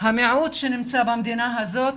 המיעוט שנמצא במדינה הזאת